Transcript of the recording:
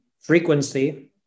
frequency